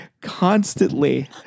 constantly